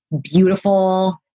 beautiful